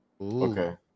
Okay